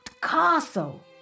castle